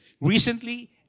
recently